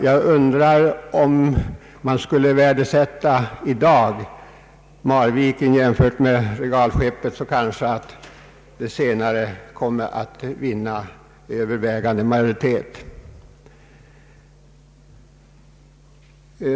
Om man i dag skulle göra en värdering av Marvikenprojektet jämfört med regalskeppet, kanske det senare skulle vinna övervägande majoritet, alltså värderas högst.